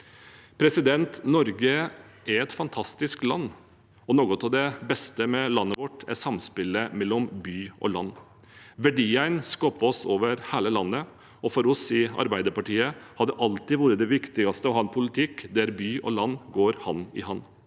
landet. Norge er et fantastisk land. Noe av det beste med landet vårt er samspillet mellom by og land. Verdiene skapes over hele landet, og for oss i Arbeiderpartiet har det alltid vært det viktigste å ha en politikk der by og land går hand i hand,